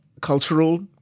cultural